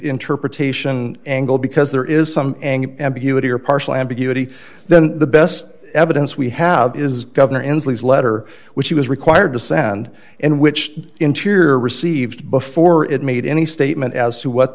interpretation angle because there is some ambiguity or partial ambiguity then the best evidence we have is governor inslee is letter which he was required to send and which interior received before it made any statement as to